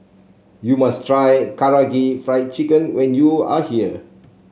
you must try Karaage Fried Chicken when you are here